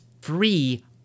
free